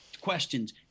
questions